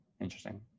Interesting